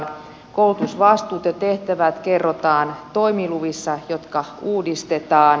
koulutusvastuut ja tehtävät kerrotaan toimiluvissa jotka uudistetaan